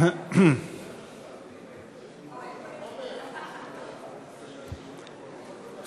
מרצ, יהדות התורה להביע אי-אמון בממשלה לא נתקבלה.